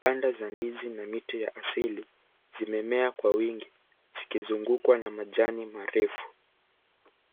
Pande za ndizi na miti ya asili zimemea kwa wingi zikizungukwa na majani marefu.